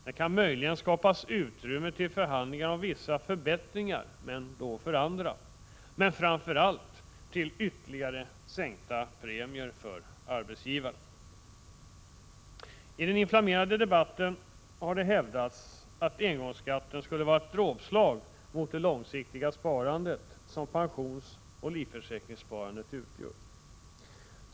Det kan möjligen skapas utrymme för förhandlingar om vissa förbättringar för andra, framför allt då för ytterligare sänkta premier för arbetsgivarna. I den inflammerade debatten har det hävdats att engångsskatten skulle vara ett dråpslag mot det långsiktiga sparande som pensionsoch livförsäkringssparandet utgör.